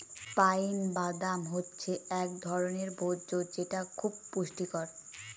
pine বাদাম হচ্ছে এক ধরনের ভোজ্য যেটা খুব পুষ্টিকর